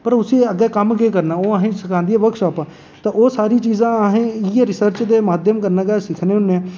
पर उसी अग्गै कम्म केह् करना ऐ ओह् उसी सखांदी ऐ वर्कशॉपां ते ओह् सारी चीज़ां असें इ'यै रिसर्च दे माध्यम कन्नै गै सिक्खने होन्ने